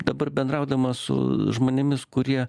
dabar bendraudamas su žmonėmis kurie